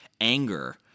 anger